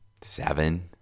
seven